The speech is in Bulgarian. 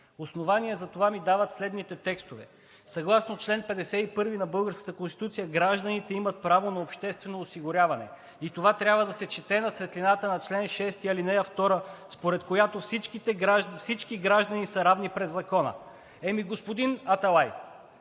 Основания за това ми дават следните текстове. Съгласно чл. 51 на българската Конституция гражданите имат право на обществено осигуряване и това трябва да се чете в светлината на чл. 6, ал. 2, според която всички граждани са равни пред закона. Ами, господин Аталай,